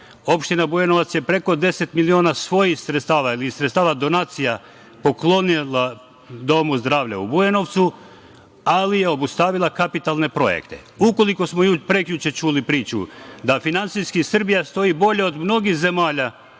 Opština Bujanovac je preko 10 miliona svojih sredstava ili sredstva iz donacija poklonila Domu zdravlja u Bujanovcu, ali je obustavila kapitalne projekte. Ukoliko smo prekjuče čuli priču da finansijski Srbija stoji bolje od mnogih zemalja,